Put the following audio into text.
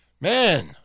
Man